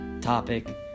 topic